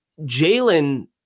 Jalen